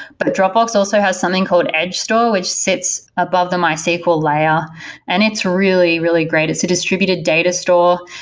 but dropbox also has something called edge store, which sits above the mysql layer and it's really, really great. it's a distributed data store.